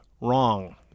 wrong